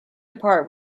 apart